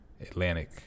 Atlantic